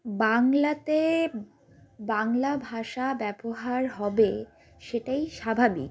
বাংলাতে বাংলা ভাষা ব্যবহার হবে সেটাই স্বাভাবিক